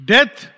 Death